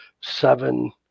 seven